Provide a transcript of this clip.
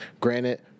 Granted